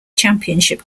championship